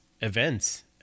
events